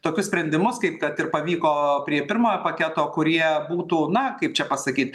tokius sprendimus kaip kad ir pavyko prie pirmojo paketo kurie būtų na kaip čia pasakyti